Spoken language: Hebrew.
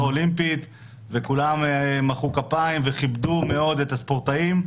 וכולם מחאו כפיים וכיבדו מאוד את הספורטאים,